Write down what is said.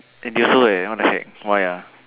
then they also like what the heck why ah